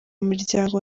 miryango